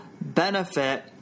benefit